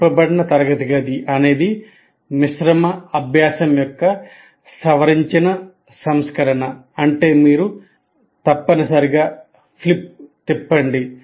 తిప్పబడిన తరగతి గది అనేది మిశ్రమ అభ్యాసం యొక్క సవరించిన సంస్కరణ అంటే మీరు తప్పనిసరిగా తిప్పండి